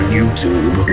youtube